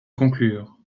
conclure